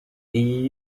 iyi